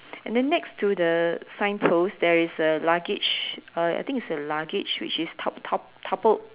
and then next to the sign post there is a luggage uh I think it's a luggage which is top~ top~ toppled